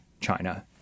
China